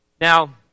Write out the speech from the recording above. Now